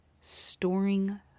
storing